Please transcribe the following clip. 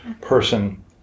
person